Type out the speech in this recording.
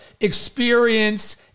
experience